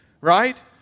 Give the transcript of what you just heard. right